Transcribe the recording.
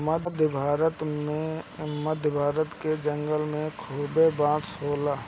मध्य भारत के जंगल में खूबे बांस होला